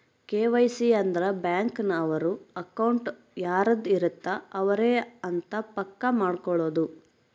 KYC ಅಂದ್ರ bank ನವರು account ಯಾರದ್ ಇರತ್ತ ಅವರೆ ಅಂತ ಪಕ್ಕ ಮಾಡ್ಕೊಳೋದು